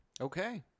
Okay